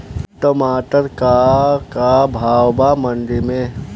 टमाटर का भाव बा मंडी मे?